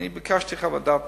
ביקשתי חוות דעת משפטית,